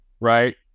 right